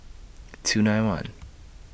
two nine one